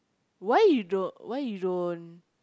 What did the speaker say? why you don't why you don't